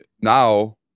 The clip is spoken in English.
now